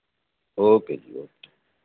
okay जी okay